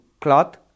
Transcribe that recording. cloth